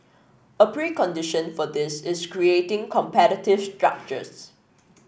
a precondition for this is creating competitive structures